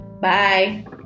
Bye